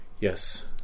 yes